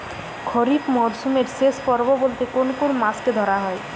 খরিপ মরসুমের শেষ পর্ব বলতে কোন কোন মাস কে ধরা হয়?